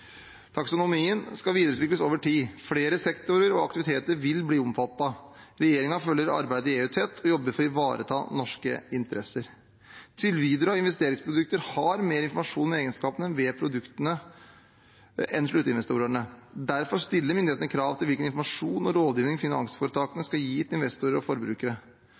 Taksonomien skal videreutvikles over tid. Flere sektorer og aktiviteter vil bli omfattet. Regjeringen følger arbeidet i EU tett og jobber for å ivareta norske interesser. Tilbydere av investeringsprodukter har mer informasjon om egenskapene ved produktene enn sluttinvestorene. Derfor stiller myndighetene krav til hvilken informasjon og rådgivning finansforetakene skal gi til investorer og forbrukere.